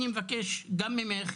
אני מבקש גם ממך,